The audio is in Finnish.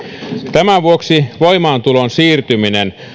tämän vuoksi voimaantulon siirtyminen